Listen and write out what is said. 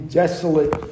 desolate